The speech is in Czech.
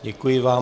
Děkuji vám.